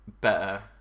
better